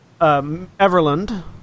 Everland